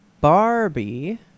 barbie